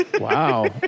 Wow